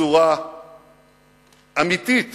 בצורה אמיתית